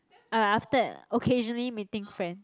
ah after that occasionally meeting friend